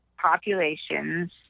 populations